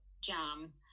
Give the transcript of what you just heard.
jam